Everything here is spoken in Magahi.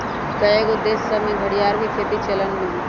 कएगो देश सभ में घरिआर के खेती चलन में हइ